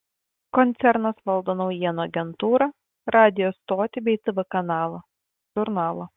koncernas valdo naujienų agentūrą radijo stotį bei tv kanalą žurnalą